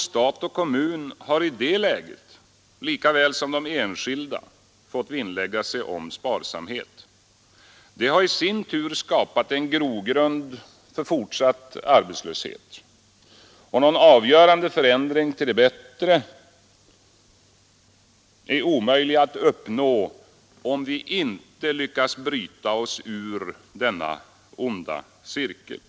Stat och kommun har i det läget lika väl som de enskilda fått vinnlägga sig om sparsamhet. Det har i sin tur skapat en grogrund för fortsatt arbetslöshet. Någon avgörande förändring till det bättre är omöjlig att uppnå, om vi inte lyckas bryta oss ur denna onda cirkel.